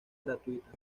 gratuita